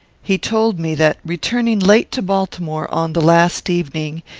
he told me, that, returning late to baltimore, on the last evening,